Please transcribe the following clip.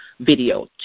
video